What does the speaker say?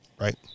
right